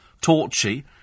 Torchy